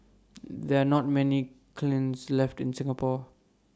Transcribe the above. there are not many kilns left in Singapore